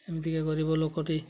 ଏମିତିକା ଗରିବ ଲୋକଟି